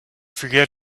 forget